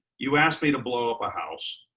you asked me to blow up a house.